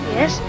Yes